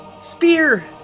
spear